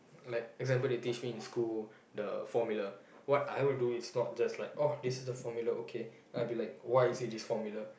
like example they teach me in school the formula what I would do is not just like oh this is the formula okay I will be like why is it this formula